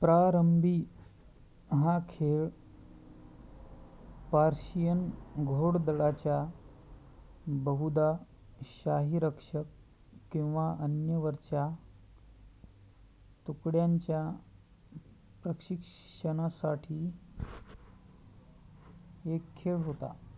प्रारंभी हा खेळ पार्शियन घोडदळाच्या बहुधा शाही रक्षक किंवा अन्य वरच्या तुकड्यांच्या प्रशिक्षणासाठी एक खेळ होता